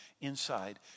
inside